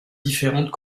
différentes